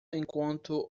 enquanto